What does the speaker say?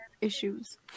issues